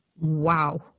Wow